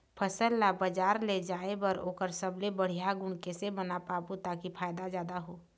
फसल ला बजार ले जाए बार ओकर सबले बढ़िया गुण कैसे बना पाबो ताकि फायदा जादा हो?